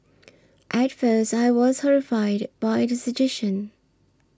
at first I was horrified by the suggestion